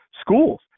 schools